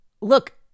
look